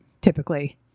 Typically